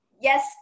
yes